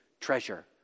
treasure